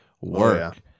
work